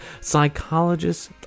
Psychologists